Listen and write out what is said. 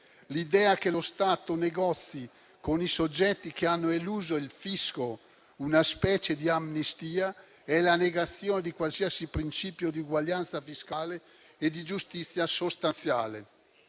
L’idea che lo Stato negozi con i soggetti che hanno eluso il fisco una specie di amnistia è la negazione di qualsiasi principio di uguaglianza fiscale e di giustizia sostanziale.